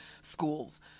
schools